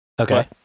okay